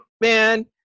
man